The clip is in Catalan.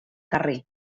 carrer